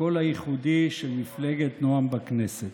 הקול הייחודי של מפלגת נעם בכנסת.